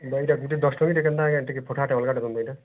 ଏଇଟା ଗୁଟେ ଦଶ ଟଙ୍କା କେନ୍ତା ଆଜ୍ଞା ଟିକେ ଫଟାଟା ଅଲଗାଟେ ଦିଅନ୍ତୁ ଆଜ୍ଞା